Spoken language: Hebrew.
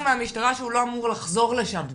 אנחנו כרגע שמענו מהמשטרה שהוא לא אמור לחזור לשם בכלל.